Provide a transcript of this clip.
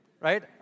right